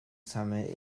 summit